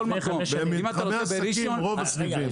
במתחמי עסקים רוב הסניפים.